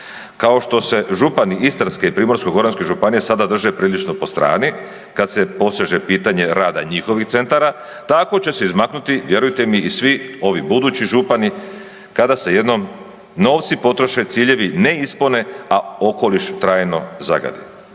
Kao što se župani Istarske, Primorsko-goranske županije sada drže prilično po strani kad se poseže pitanje rada njihovih centara tako će se izmaknuti vjerujte mi i svi ovi budući župani kada se jednom novci potroše, ciljevi ne ispune, a okoliš trajno zagadi.